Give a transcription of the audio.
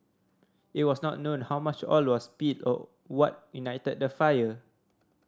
it was not known how much oil was spilled or what ignited the fire